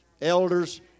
elders